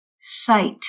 sight